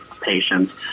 patients